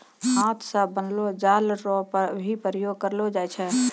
हाथ से बनलो जाल रो भी प्रयोग करलो जाय छै